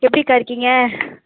எப்படிக்கா இருக்கீங்க